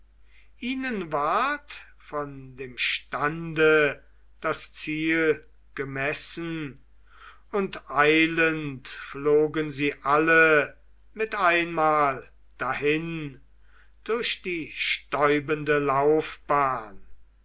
ihnen ward von dem stande das ziel gemessen und eilend flogen sie alle mit einmal dahin durch die stäubende laufbahn